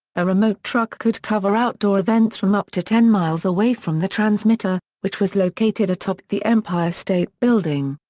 a remote truck could cover outdoor events from up to ten miles away from the transmitter, which was located atop the empire state building.